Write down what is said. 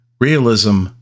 Realism